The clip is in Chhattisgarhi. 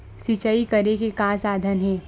सिंचाई करे के का साधन हे?